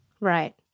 Right